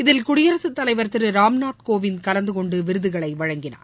இதில் குடியரகத்தலைவர் திரு ராம்நாத் கோவிந்த் கலந்துகொண்டு விருதுகளை வழங்கினார்